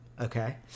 okay